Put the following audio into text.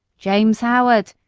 james howard!